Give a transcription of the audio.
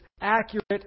accurate